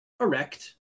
erect